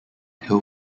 hill